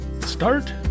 start